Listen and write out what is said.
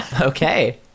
Okay